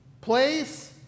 place